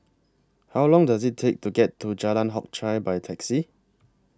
How Long Does IT Take to get to Jalan Hock Chye By Taxi